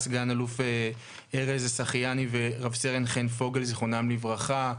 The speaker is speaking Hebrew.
סא"ל ארז שחייני ורס"ן חן פוגל ז"ל